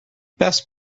best